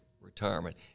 retirement